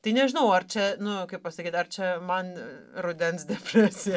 tai nežinau ar čia nu kaip pasakyt ar čia man rudens depresija